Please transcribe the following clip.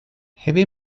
heavy